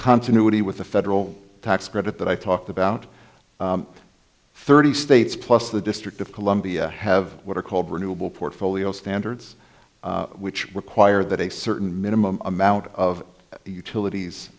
continuity with the federal tax credit that i talked about thirty states plus the district of columbia have what are called renewable portfolio standards which require that a certain minimum amount of utilities